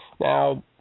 Now